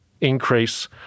increase